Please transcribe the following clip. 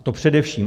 To především.